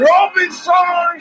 Robinson